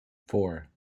four